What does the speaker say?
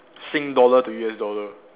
sing dollar to U_S dollar